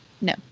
No